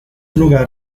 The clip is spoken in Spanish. lugar